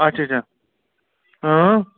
آچھا آچھا اۭں